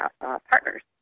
partners